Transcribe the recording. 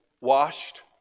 washed